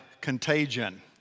contagion